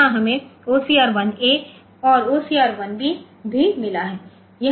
यहां हमें OCR 1 A और OCR 1 B भी मिला है